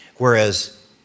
Whereas